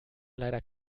leider